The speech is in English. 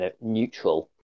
neutral